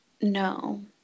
no